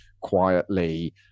quietly